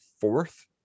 fourth